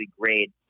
grade